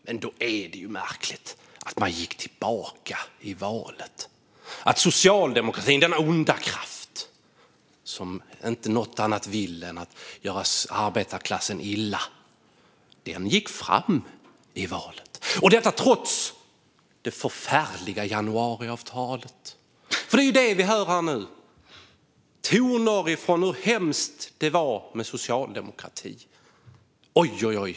Men då är det ju märkligt att man gick tillbaka i valet och att socialdemokratin, denna onda kraft som inte något annat vill än att göra arbetarklassen illa, gick fram i valet, trots det förfärliga januariavtalet. Det vi hör här nu är toner om hur hemskt det var med socialdemokrati - ojojoj!